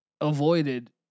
avoided